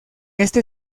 este